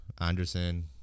Anderson